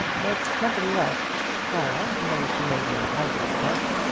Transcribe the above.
but, nevertheless, clara, though she made no outward fuss,